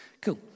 cool